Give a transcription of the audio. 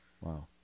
Wow